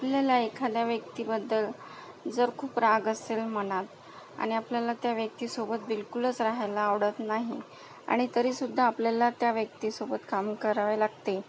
आपल्याला एखाद्या व्यक्तीबद्दल जर खूप राग असेल मनात आणि आपल्याला त्या व्यक्तीसोबत बिलकुलच रहायला आवडत नाही आणि तरीसुद्धा आपल्याला त्या व्यक्तीसोबत काम करावे लागते